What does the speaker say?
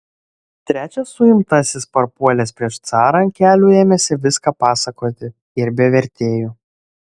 trečias suimtasis parpuolęs prieš carą ant kelių ėmėsi viską pasakoti ir be vertėjų